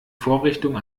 vorrichtung